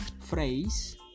phrase